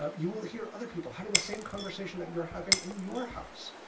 ah you will hear other people having the same conversation that you're having in your house.